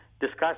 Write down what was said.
discuss